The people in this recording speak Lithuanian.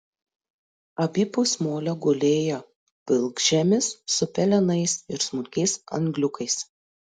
abipus molio gulėjo pilkžemis su pelenais ir smulkiais angliukais